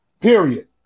Period